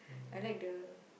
I like the